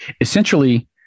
Essentially